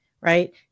right